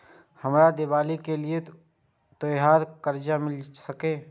हमरा दिवाली के लिये त्योहार कर्जा मिल सकय?